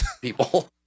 people